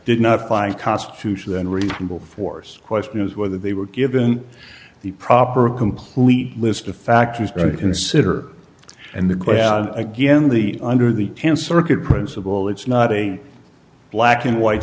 did not find constitution then reasonable force question is whether they were given the proper a complete list of factors going to consider and the question again the under the th circuit principle it's not a black and white